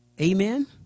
Amen